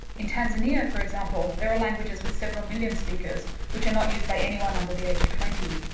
in tanzania for example there are languages with several million speakers which are not used by anyone under the age of twenty.